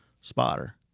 spotter